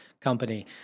Company